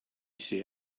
see